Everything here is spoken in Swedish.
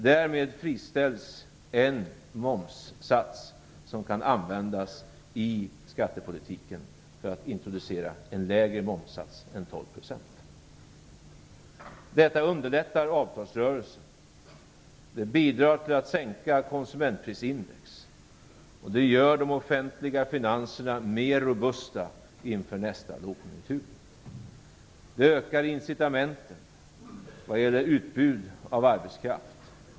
Därmed friställs en momssats som kan användas i skattepolitiken för att introducera en lägre momssats än 12 %. Detta underlättar avtalsrörelsen. Det bidrar till att sänka konsumentprisindex, och det gör de offentliga finanserna mer robusta inför nästa lågkonjunktur. Det ökar incitamenten vad gäller utbud av arbetskraft.